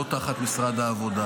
לא תחת משרד העבודה.